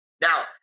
now